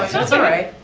that's alright.